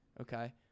Okay